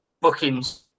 bookings